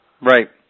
Right